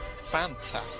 Fantastic